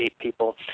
people